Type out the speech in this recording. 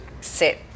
set